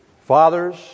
Fathers